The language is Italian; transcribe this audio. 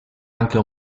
anche